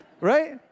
right